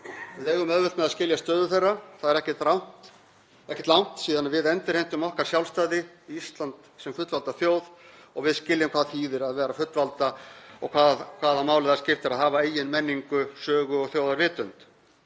Við eigum auðvelt með að skilja stöðu þeirra. Það er ekkert langt síðan við endurheimtum okkar sjálfstæði, Ísland sem fullvalda þjóð, og við skiljum hvað það þýðir að vera fullvalda og hvaða máli það skiptir að hafa eigin menningu, sögu og þjóðarvitund.